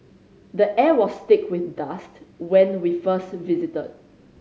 the air was thick with dust when we first visited